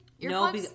No